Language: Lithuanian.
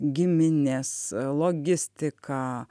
giminės logistika